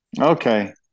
Okay